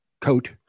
coat